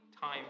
time